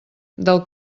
del